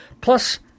Plus